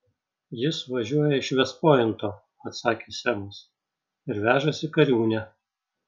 jis važiuoja iš vest pointo atsakė semas ir vežasi kariūnę